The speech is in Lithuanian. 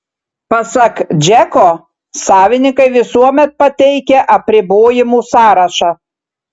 pasak džeko savininkai visuomet pateikia apribojimų sąrašą